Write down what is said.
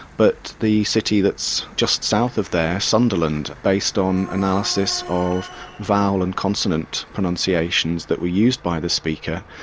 but the city that's just south of there, sunderland, based on analysis of vowel and consonant pronunciations that were used by the speaker.